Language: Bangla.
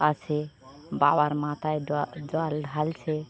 আছে বাবার মাথায় জল ঢালছে